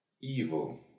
Evil